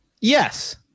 Yes